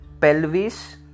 pelvis